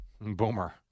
Boomer